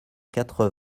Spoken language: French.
quatre